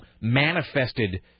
manifested